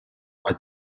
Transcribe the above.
what